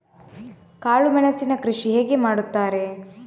ಕಾಳು ಮೆಣಸಿನ ಕೃಷಿ ಹೇಗೆ ಮಾಡುತ್ತಾರೆ?